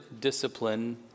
discipline